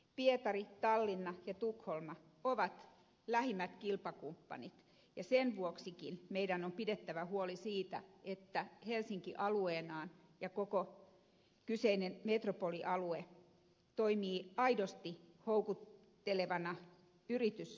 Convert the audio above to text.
pietari tallinna ja tukholma ovat lähimmät kilpakumppanit ja senkin vuoksi meidän on pidettävä huoli siitä että helsinki alueena ja koko kyseinen metropolialue toimii aidosti houkuttelevana yritysympäristönä